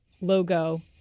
logo